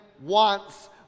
wants